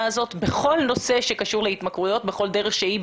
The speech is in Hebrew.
הזאת בכל נושא שקשור להתמכרויות בכל דרך שהיא,